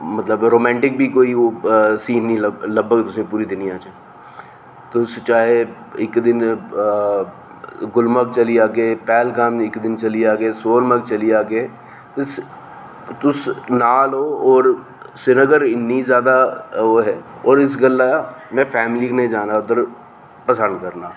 मतलब रोमांटिग गी बी कोई सीन नेईं लब्भग पूरी दुनिया च तुस चाहे इक दिन गुलमर्ग चली जाह्गे पैहलगाम इक दिन चली जाह्गे सोनमर्ग चली जाह्गे तुस तुस नाल होर श्रीनगर नेईं ज्यादा ओह् ऐ होर इस गल्लै में फैमली कन्नै जाना उद्धर पंसद करनां